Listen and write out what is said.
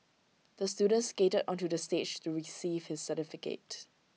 the student skated onto the stage to receive his certificate